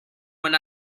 when